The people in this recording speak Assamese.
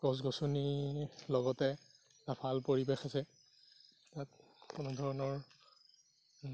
গছ গছনিৰ লগতে এটা ভাল পৰিৱেশ আছে ইয়াত কোনোধৰণৰ